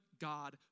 God